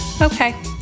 Okay